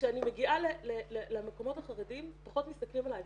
כשאני מגיעה למקומות החרדים פחות מסתכלים עליי.